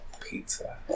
pizza